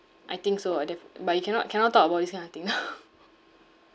I think so uh def~ but you cannot cannot talk about this kind of thing now